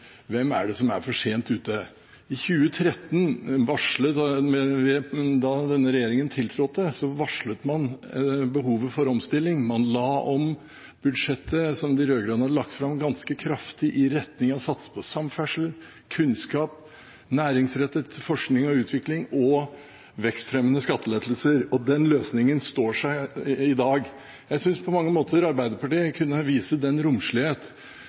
Hvem er det som er for sent ute? I 2013, da denne regjeringen tiltrådte, varslet man behovet for omstilling, man la om budsjettet som de rød-grønne hadde lagt fram, ganske kraftig, i retning av å satse på samferdsel, kunnskap, næringsrettet forskning og utvikling og vekstfremmende skattelettelser, og den løsningen står seg i dag. Jeg synes på mange måter Arbeiderpartiet kunne vise den romslighet